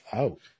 out